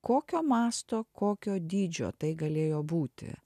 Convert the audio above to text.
kokio masto kokio dydžio tai galėjo būti